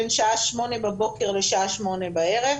בין שעה שמונה בבוקר לשעה שמונה בערב.